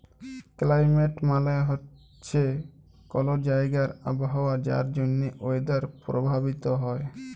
climate মালে হছে কল জাইগার আবহাওয়া যার জ্যনহে ওয়েদার পরভাবিত হ্যয়